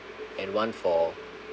and one for